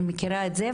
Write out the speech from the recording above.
אני מכירה את זה,